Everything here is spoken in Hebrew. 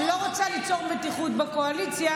אני לא רוצה ליצור מתיחות בקואליציה,